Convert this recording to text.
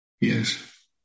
Yes